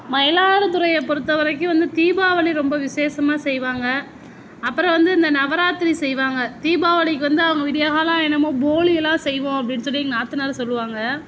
மயிலாடுதுறையை பொறுத்த வரைக்கும் வந்து தீபாவளி ரொம்ப விசேஷமாக செய்வாங்க அப்புறம் வந்து இந்த நவராத்திரி செய்வாங்க தீபாவளிக்கு வந்து அவங்க விடியற்கால என்னமோ போளி எல்லாம் செய்வோம் அப்படினு சொல்லி எங்கள் நாத்தனார் சொல்லுவாங்க